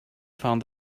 found